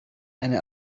eine